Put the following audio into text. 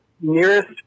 nearest